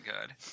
good